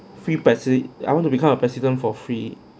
free president I want to become a president for free